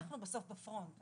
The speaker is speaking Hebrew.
אנחנו בסוף בפרונט,